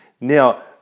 Now